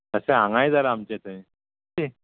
अशें हांगाय जाल्या आमचे थंय शी